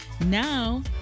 Now